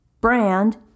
Brand